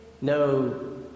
no